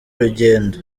urugendo